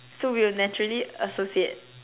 so we'll naturally associate